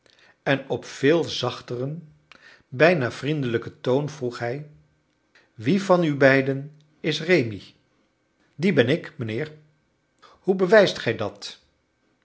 en op veel zachteren bijna vriendelijken toon vroeg hij wie van u beiden is rémi die ben ik mijnheer hoe bewijst gij dat